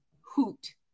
hoot